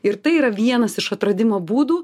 ir tai yra vienas iš atradimo būdų